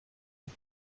mit